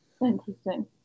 Interesting